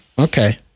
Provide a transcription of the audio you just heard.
Okay